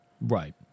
Right